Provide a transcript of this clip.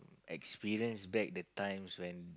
experience back the times when